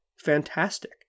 Fantastic